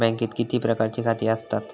बँकेत किती प्रकारची खाती आसतात?